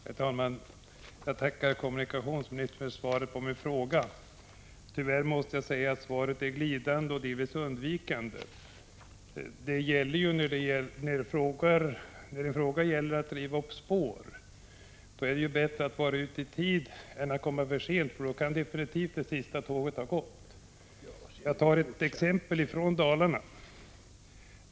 Herr talman! Jag ber att få tacka kommunikationsministern för svaret på min fråga. Tyvärr måste jag säga att svaret är glidande och delvis undvikande. När det är fråga om att riva upp spår är det ju bättre att vara ute i tid än att komma för sent, för då kan det definitivt sista tåget ha gått. Jag tar ett exempel från Dalarna.